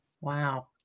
Wow